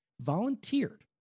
volunteered